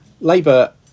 Labour